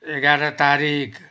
एघार तारिक